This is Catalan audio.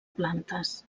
plantes